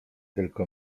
tylko